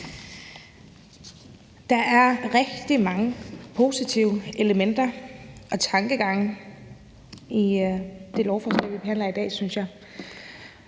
Der er rigtig mange positive elementer og tankegange i det lovforslag, vi behandler i dag, synes jeg.